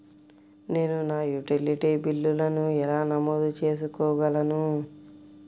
నేను నా యుటిలిటీ బిల్లులను ఎలా నమోదు చేసుకోగలను?